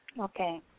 Okay